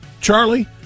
Charlie